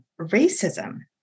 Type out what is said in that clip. racism